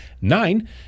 Nine